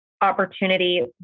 opportunity